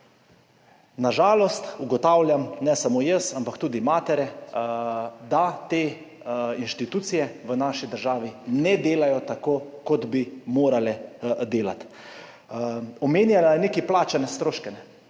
Na žalost ugotavljam, ne samo jaz, ampak tudi matere, da te institucije v naši državi ne delajo tako, kot bi morale delati. Omenjala je neke plačane stroške.